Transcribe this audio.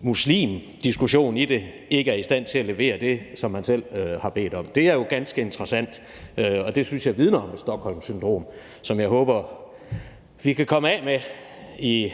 muslimdiskussion i den, ikke er i stand til at levere det, som man selv har bedt om. Det er jo ganske interessant, og det synes jeg vidner om et Stockholmsyndrom, som jeg håber vi kan komme af med i